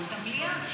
בעיה לפתוח.